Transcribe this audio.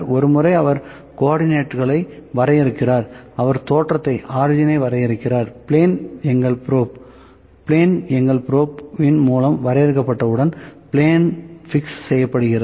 ஒருமுறை அவர் கோஆர்டினேட்களை வரையறுக்கிறார் அவர் தோற்றத்தை வரையறுக்கிறார் பிளேன் எங்கள் ப்ரோப் இன் மூலம் வரையறுக்கப்பட்டவுடன் பிளேன் பிக்ஸ் செய்யப்படுகிறது